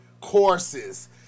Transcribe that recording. courses